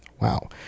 Wow